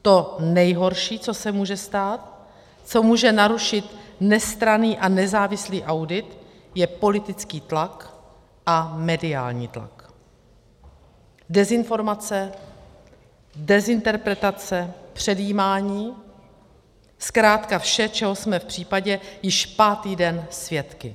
To nejhorší, co se může stát, co může narušit nestranný a nezávislý audit, je politický tlak a mediální tlak, dezinformace, dezinterpretace, předjímání, zkrátka vše, čeho jsme v případě již pátý den svědky.